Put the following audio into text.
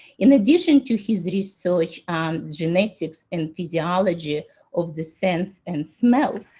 in addition to his research on genetics and physiology of the sense and smell,